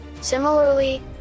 Similarly